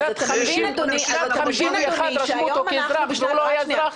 בשנת 51' רשמו אותו כאזרח והוא לא היה אזרח?